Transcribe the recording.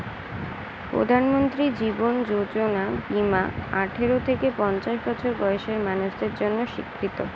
প্রধানমন্ত্রী জীবন যোজনা বীমা আঠারো থেকে পঞ্চাশ বছর বয়সের মানুষদের জন্য স্বীকৃত